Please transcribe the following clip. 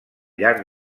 llarg